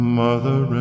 mother